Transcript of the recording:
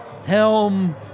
Helm